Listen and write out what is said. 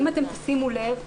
אם תשימו לב,